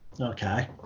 Okay